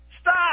Stop